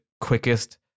quickest